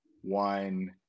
one